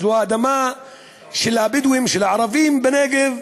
זו האדמה של הבדואים, של הערבים, בנגב.